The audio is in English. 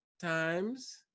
times